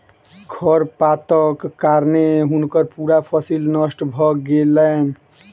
खरपातक कारणें हुनकर पूरा फसिल नष्ट भ गेलैन